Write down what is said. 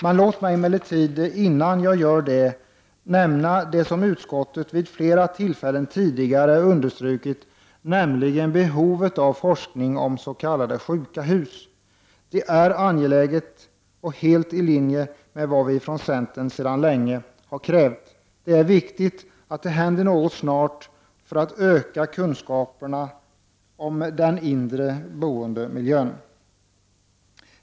Innan jag gör det vill jag emellertid nämna det som utskottet vid flera tillfällen tidigare har understrukit, nämligen behovet av forskning om s.k. sjuka hus. Det är angeläget och helt i linje med vad vi från centern sedan länge har krävt. Det är viktigt att det händer något snart för att kunskapen om den inre boendemiljön skall öka.